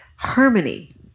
Harmony